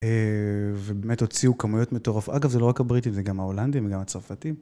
ובאמת הוציאו כמויות מטורפות, אגב זה לא רק הבריטים, זה גם ההולנדים וגם הצרפתים.